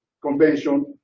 convention